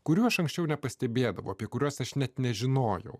kuriuos anksčiau nepastebėdavau apie kuriuos aš net nežinojau